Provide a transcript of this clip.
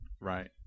Right